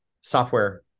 software